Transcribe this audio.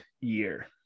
year